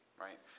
right